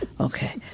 Okay